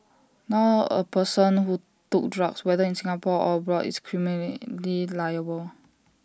now A person who took drugs whether in Singapore or abroad is criminally liable